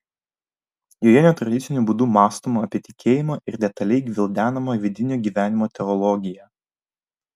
joje netradiciniu būdu mąstoma apie tikėjimą ir detaliai gvildenama vidinio gyvenimo teologija